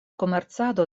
komercado